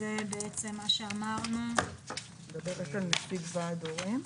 זה בעצם נציג ועד הורים.